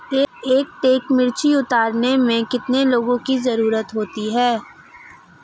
एक टन मिर्ची उतारने में कितने लोगों की ज़रुरत होती है?